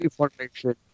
information